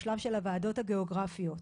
בשלב של הוועדות הגיאוגרפיות.